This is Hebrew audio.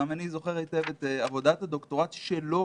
גם אני זוכר היטב את עבודת הדוקטורט שלו,